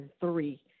three